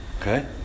Okay